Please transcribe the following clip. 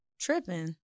Tripping